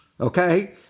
okay